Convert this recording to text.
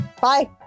Bye